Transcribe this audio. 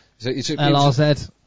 LRZ